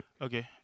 Okay